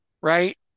Right